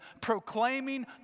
proclaiming